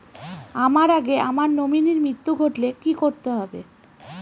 আমার আগে আমার নমিনীর মৃত্যু ঘটলে কি করতে হবে?